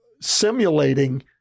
simulating